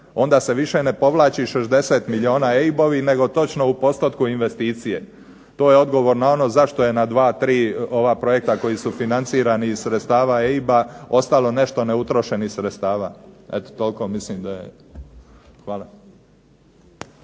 onda se više ne povlači 60 milijuna EIB-ovih nego točno u postotku investicije. To je odgovor na ono zašto je na dva, tri ova projekta koji su financirani iz sredstva EIB-a ostalo nešto neutrošenih sredstava. Eto toliko. Mislim da je. Hvala.